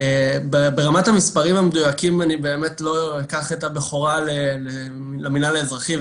ברמת המספרים המדויקים אני באמת לא אקח את הבכורה למינהל האזרחי.